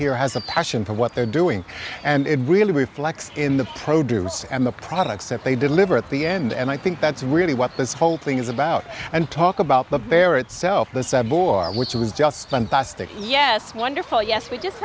here has a passion for what they're doing and it really reflects in the produce and the products that they deliver at the end and i think that's really what this whole thing is about and talk about the bear itself the sub or which is just fantastic yes wonderful yes we just